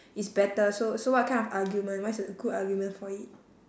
is better so so what kind of argument what's a good argument for it